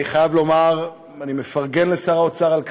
אני חייב לומר, אני מפרגן לשר האוצר על כך,